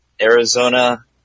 Arizona